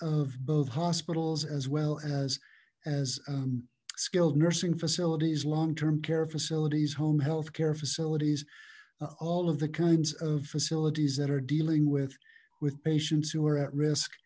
of both hospitals as well as as skilled nursing facilities long term care facilities home health care facilities all of the kinds of facilities that are dealing with with patients who are at risk